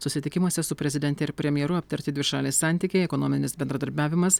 susitikimuose su prezidente ir premjeru aptarti dvišaliai santykiai ekonominis bendradarbiavimas